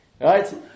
Right